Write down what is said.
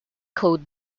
code